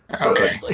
Okay